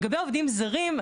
לגבי עובדים זרים,